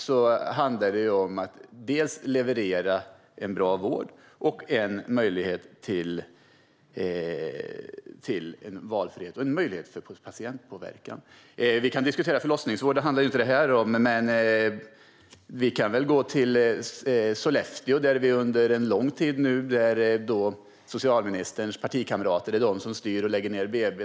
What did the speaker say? Det handlar om att leverera bra vård och möjlighet till valfrihet och patientpåverkan. Visserligen handlar denna debatt inte om förlossningsvård, men visst kan vi diskutera det. Det har under lång tid talats om Sollefteå där socialministerns partikamrater styr och lägger ned BB.